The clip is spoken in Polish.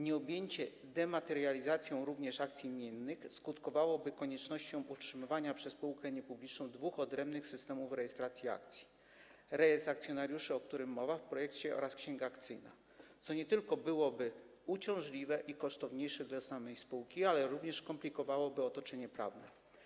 Nieobjęcie dematerializacją również akcji imiennych skutkowałoby koniecznością utrzymywania przez spółkę niepubliczną dwóch odrębnych systemów rejestracji akcji: rejestru akcjonariuszy, o którym mowa w projekcie, oraz księgi akcyjnej, co nie tylko byłoby uciążliwe i kosztowniejsze dla samej spółki, ale również komplikowałoby otoczenie prawne.